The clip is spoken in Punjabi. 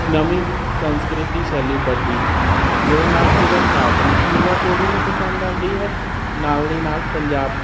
ਨਵੀਂ ਸੰਸਕ੍ਰਿਤੀ ਸ਼ੈਲੀ ਉਪਜਦੀ ਹੈ ਜੋ ਨਾ ਸਿਰਫ ਆਤਮਿਕ ਯੋਗਾ ਪੀੜੀ ਨੂੰ ਪਸੰਦ ਆਉਂਦੀ ਹੈ ਨਾਲ ਦੀ ਨਾਲ ਪੰਜਾਬ